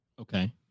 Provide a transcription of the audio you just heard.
Okay